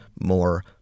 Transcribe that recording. more